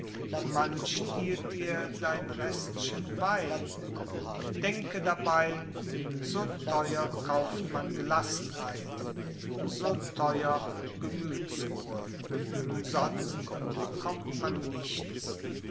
man stiehlt dir dein restchen wein denke dabei so theuer kauft man gelassenheit so theuer gemüthsruhe umsonst bekommt man nichts